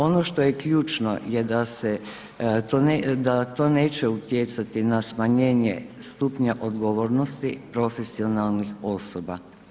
Ono što je ključno je da se, da to neće utjecati na smanjenje stupnja odgovornosti profesionalnih osoba.